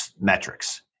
metrics